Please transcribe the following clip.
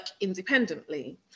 independently